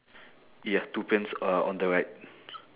ya two pins uh on the right